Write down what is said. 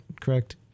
correct